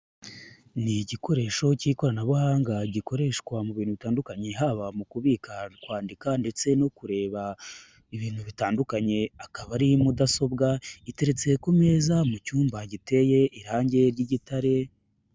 Ni igikoresho k'ikoranabuhanga gikoreshwa mu bintu bitandukanye, haba mu kubika kwandika ndetse no kureba ibintu bitandukanye, akaba ari mudasobwa iteretse ku meza mu cyumba giteye irangi ry'igitare.